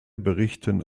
berichten